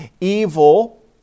evil